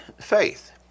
faith